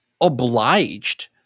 obliged